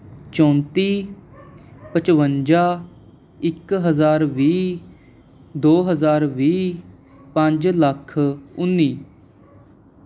ਚੌਂਤੀ ਪਚਵੰਜਾ ਇੱਕ ਹਜ਼ਾਰ ਵੀਹ ਦੋ ਹਜ਼ਾਰ ਵੀਹ ਪੰਜ ਲੱਖ ਉੱਨੀ